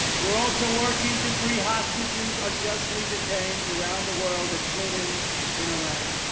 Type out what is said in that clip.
we're also working to free hostages unjustly detained around the world, including in iran.